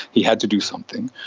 he had to do something.